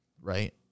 right